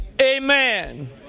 Amen